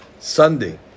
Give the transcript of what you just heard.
Sunday